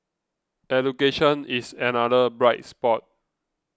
education is another bright spot